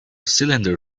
cylinder